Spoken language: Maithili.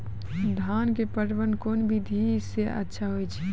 धान के पटवन कोन विधि सै अच्छा होय छै?